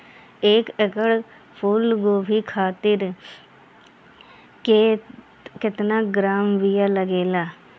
एक एकड़ फूल गोभी खातिर केतना ग्राम बीया लागेला?